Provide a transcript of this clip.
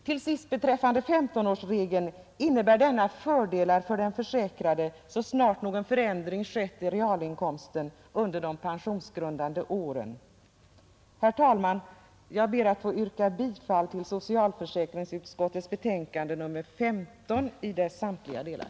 Till sist: 15-årsregeln innebär fördelar för den försäkrade så snart någon förändring skett i realinkomsten under de pensionsgrundande åren. Herr talman! Jag ber att få yrka bifall till utskottets hemställan i samtliga delar.